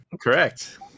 Correct